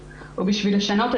לא אומרים לו: "תשמע,